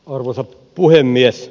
arvoisa puhemies